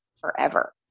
forever